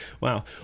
Wow